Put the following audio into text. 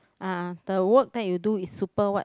uh the work that you do is super what